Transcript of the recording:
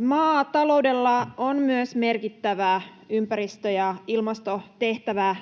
Maataloudella on myös merkittävä ympäristö- ja ilmastotehtävä.